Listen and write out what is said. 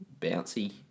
bouncy